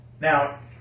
Now